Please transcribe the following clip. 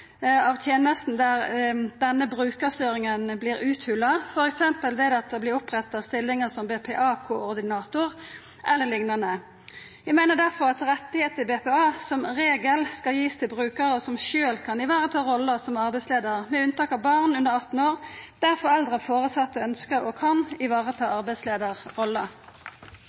av tenestene der denne brukarstyringa vert uthola, f.eks. ved at det vert oppretta stillingar som BPA-koordinator e.l. Eg meiner derfor at rett til BPA skal ein som regel gi til brukarar som sjølve kan vareta rolla som arbeidsleiar – med unntak av born under 18 år der foreldre eller føresette ønskjer og kan